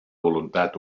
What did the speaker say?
voluntat